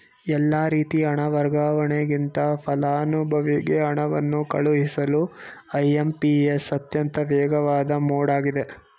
ಎಲ್ಲಾ ರೀತಿ ಹಣ ವರ್ಗಾವಣೆಗಿಂತ ಫಲಾನುಭವಿಗೆ ಹಣವನ್ನು ಕಳುಹಿಸಲು ಐ.ಎಂ.ಪಿ.ಎಸ್ ಅತ್ಯಂತ ವೇಗವಾದ ಮೋಡ್ ಆಗಿದೆ